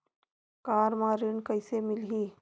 Car म ऋण कइसे मिलही?